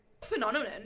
Phenomenon